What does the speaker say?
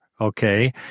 okay